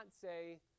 say